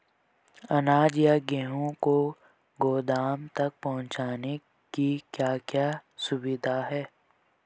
अनाज या गेहूँ को गोदाम तक पहुंचाने की क्या क्या सुविधा है?